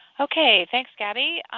okay, thanks gabby.